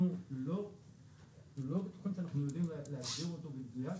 אנחנו לא בטוחים שאנחנו יודעים להסביר אותו במדויק.